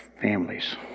families